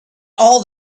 all